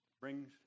brings